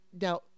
Now